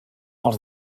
els